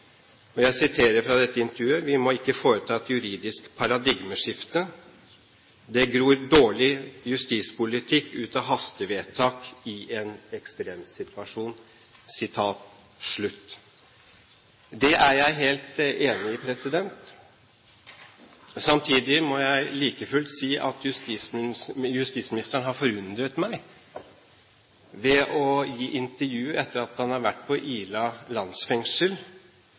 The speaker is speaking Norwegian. vidsynet. Jeg siterer fra dette intervjuet: «Vi må ikke foreta et juridisk paradigmeskifte. Det gror dårlig justispolitikk ut av hastevedtak i en ekstremsituasjon.» Det er jeg helt enig i. Samtidig må jeg like fullt si at justisministeren har forundret meg ved å gi intervju etter at han har vært på Ila landsfengsel,